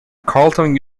carleton